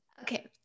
Okay